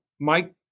Mike